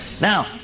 Now